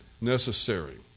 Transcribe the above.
necessary